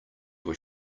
your